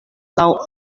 laŭ